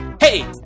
Hey